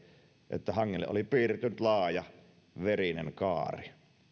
että hangelle oli piirtynyt laaja verinen kaari